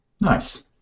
Nice